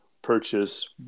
Purchase